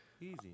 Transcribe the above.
Easy